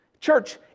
Church